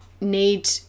need